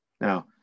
Now